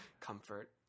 comfort